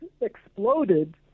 exploded